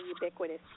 ubiquitous